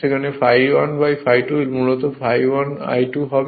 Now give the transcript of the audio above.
সেখানে ∅1 ∅2 মূলত ∅1 I 2 হবে